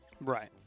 Right